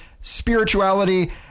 spirituality